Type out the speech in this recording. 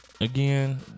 again